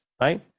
right